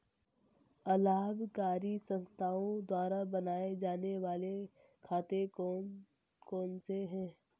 अलाभकारी संस्थाओं द्वारा बनाए जाने वाले खाते कौन कौनसे हैं?